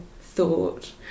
thought